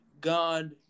God